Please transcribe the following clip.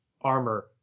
armor